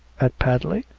at padley?